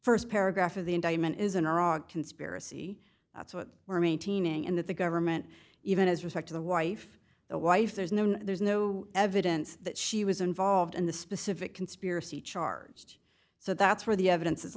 this st paragraph of the indictment is an iraq conspiracy that's what we're maintaining and that the government even has respect to the wife the wife there's no there's no evidence that she was involved in the specific conspiracy charge so that's where the evidence is